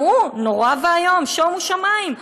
גם הוא נורא ואיום, שומו שמיים.